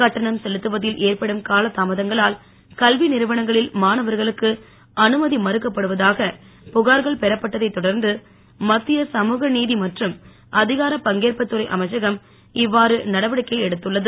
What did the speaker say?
கட்டணம் செலுத்துவதில் ஏற்படும் கால தாமதங்களால் கல்வி நிறுவனங்களில் மாணவர்களுக்கு அனுமதி மறுக்கப்படுவதாக புகார்கள் பெறப்பட்டதைத் தொடர்ந்து மத்திய சமூக நீதி மற்றும் அதிகாரப் பங்கேற்புத் துறை அமைச்சகம் இவ்வாறு நடவடிக்கை எடுத்துள்ளது